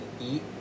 eat